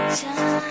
time